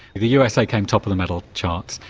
the usa came top of the medal charts,